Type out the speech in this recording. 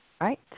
right